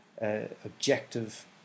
objective